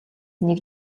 нэг